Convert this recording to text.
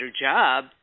job